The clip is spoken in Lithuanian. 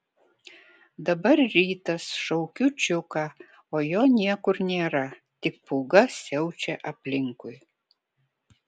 dabar rytas šaukiu čiuką o jo niekur nėra tik pūga siaučia aplinkui